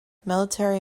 military